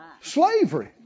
Slavery